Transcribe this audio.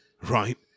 right